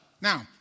Now